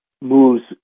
moves